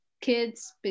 kids